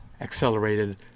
accelerated